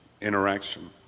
interaction